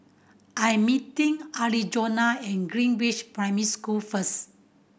I'm meeting Arizona at Greenridge Primary School first